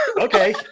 Okay